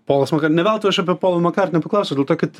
polas makar ne veltui aš apie polą makartnį paklausiau dėl to kad